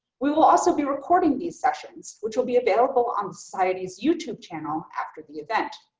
we will also be recording these sessions which will be available on society's youtube channel after the event.